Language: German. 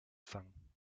fangen